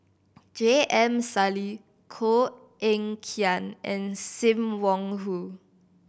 J M Sali Koh Eng Kian and Sim Wong Hoo